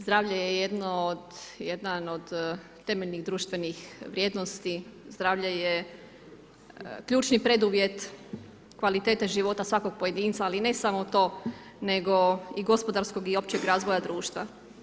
Zdravlje je jedno od, jedan od temeljnih društvenih vrijednosti, zdravlje je ključni preduvjet kvalitete života svakog pojedinca ali ne samo to nego i gospodarskog i općeg razvoja društva.